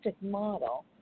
model